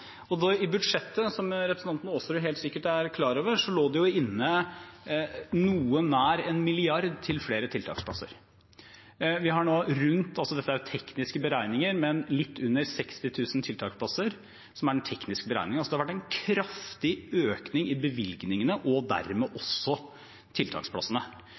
Som representanten Aasrud helt sikkert er klar over, lå det i budsjettet inne noe nær en milliard til flere tiltaksplasser. Dette er tekniske beregninger, men vi har nå litt under 60 000 tiltaksplasser. Det er den tekniske beregningen. Det har vært en kraftig økning i bevilgningene og dermed også tiltaksplassene.